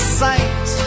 sight